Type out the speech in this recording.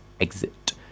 exit